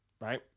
right